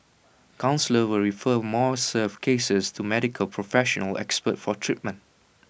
counsellors will refer more severe cases to Medical professional experts for treatment